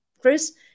Chris